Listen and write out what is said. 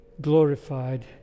glorified